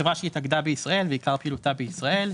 חברה שהתאגדה בישראל ועיקר פעילותה בישראל,